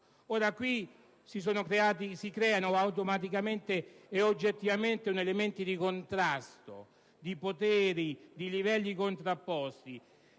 Qui si creano automaticamente e oggettivamente elementi di contrasto di poteri di livelli contrapposti.